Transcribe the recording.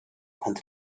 konnte